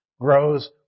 grows